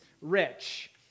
rich